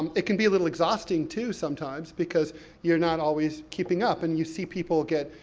um it can be a little exhausting, too sometimes, because you're not always keeping up. and you see people get,